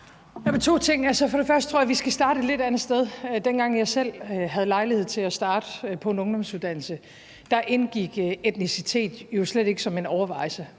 For det første tror jeg, at vi skal starte et lidt andet sted. Dengang jeg selv havde lejlighed til at starte på en ungdomsuddannelse, indgik etnicitet jo slet ikke som en overvejelse.